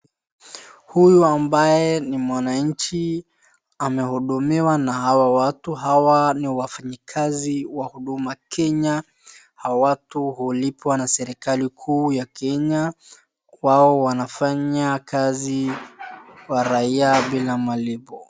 huyu ambaye ni mwananchi amehudumiwa na hawa watu , hawa ni wafanyikazi wa huduma kenya hawa watu hulipwa na serikali kuu ya kenya hao wanafanya kazi kwa raia bila malipo